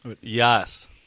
Yes